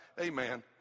Amen